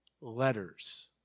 letters